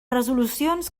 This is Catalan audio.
resolucions